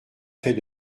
fait